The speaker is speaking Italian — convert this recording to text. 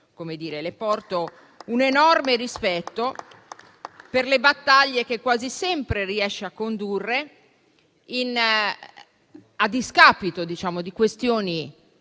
le porto un enorme rispetto per le battaglie che quasi sempre riesce a condurre, a discapito di questioni